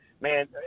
man